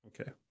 Okay